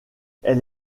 elle